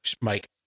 Mike